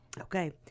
Okay